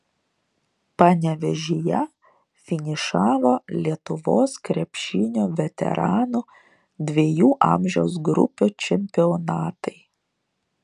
panevėžyje finišavo lietuvos krepšinio veteranų dviejų amžiaus grupių čempionatai